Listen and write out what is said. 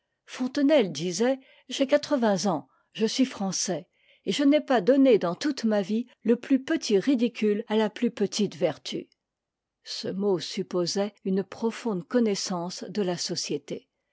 fontenelle disait j'ai quatrevingts ïm e mm rcmtcatm et je n'ai pas donné dans toute ma vie le plus petit ridicule à la plus petite vertu ce mot supposait une profonde connaissance de la société